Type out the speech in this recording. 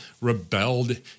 rebelled